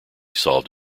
solved